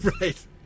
right